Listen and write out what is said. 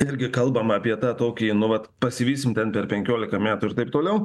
irgi kalbam apie tą tokį nu vat pasivysim ten per penkiolika metų ir taip toliau